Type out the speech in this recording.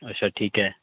ਅੱਛਾ ਠੀਕ ਹੈ